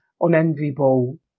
unenviable